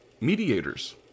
mediators